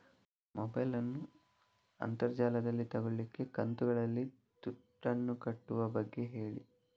mobile ನ್ನು ಅಂತರ್ ಜಾಲದಲ್ಲಿ ತೆಗೋಲಿಕ್ಕೆ ಕಂತುಗಳಲ್ಲಿ ದುಡ್ಡನ್ನು ಕಟ್ಟುವ ಬಗ್ಗೆ ಹೇಳಿ